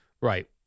Right